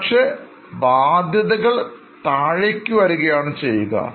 ഒരുപക്ഷേബാധ്യതകൾ താഴേക്ക് വരികയാണ് ചെയ്യുക